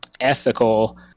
ethical